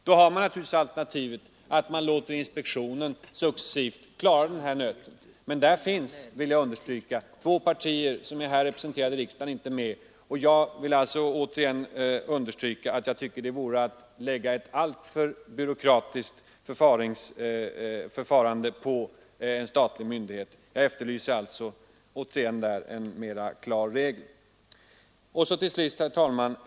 Då har man naturligtvis alternativet att låta inspektionen successivt klara den här nöten, men där finns — det vill jag understryka — två partier som är representerade här i riksdagen inte med. Jag vill återigen betona att det vore att lägga ett alltför byråkratiskt förfarande på en statlig myndighet, och jag efterlyser alltså en klarare regel. Herr talman!